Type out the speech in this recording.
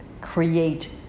create